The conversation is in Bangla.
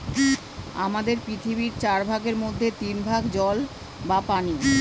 আমাদের পৃথিবীর চার ভাগের মধ্যে তিন ভাগ জল বা পানি